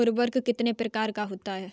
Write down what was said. उर्वरक कितने प्रकार का होता है?